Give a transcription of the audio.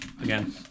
Again